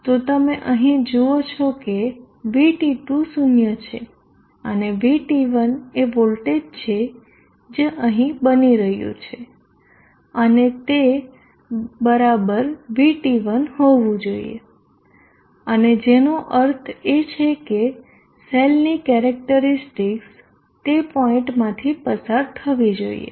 તો તમે અહીં જુઓ કે VT2 0 છે અને VT1 એ વોલ્ટેજ છે જે અહીં બની રહ્યું છે અને તે બરાબર VT1 હોવું જોઈએ અને જેનો અર્થ એ છે કે સેલ ની કેરેક્ટરીસ્ટિકસ તે પોઈન્ટ માંથી પસાર થવી જોઈએ